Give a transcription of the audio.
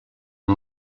amb